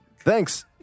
thanks